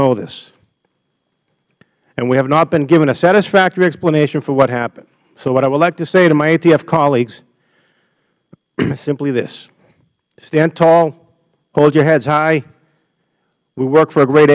this and we have not been given a satisfactory explanation for what happened so what i would like to say to my atf colleagues is simply this stand tall hold your heads high we work for a great